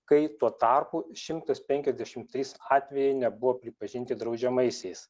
kai tuo tarpu šimtas penkiasdešim trys atvejai nebuvo pripažinti draudžiamaisiais